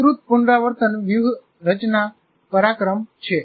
વિસ્તૃત પુનરાવર્તન વ્યૂહરચના પરાક્રમ છે